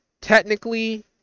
Technically